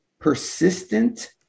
persistent